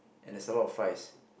and there's a lot of fries